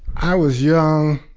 i was young,